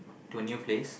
to a new place